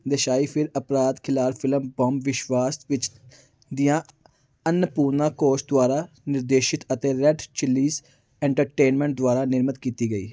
ਦੇਸਾਈ ਫਿਰ ਅਪਰਾਧ thriller film ਬੌਮਬ ਬਿਸਵਾਸ ਵਿੱਚ ਦਿਆ ਅੰਨਪੂਰਨਾ ਘੋਸ਼ ਦੁਆਰਾ ਨਿਰਦੇਸ਼ਿਤ ਅਤੇ ਰੈੱਡ ਚਿਲੀਜ਼ ਐਂਟਰਟੇਨਮੈਂਟ ਦੁਆਰਾ ਨਿਰਮਿਤ ਕੀਤੀ ਗਈ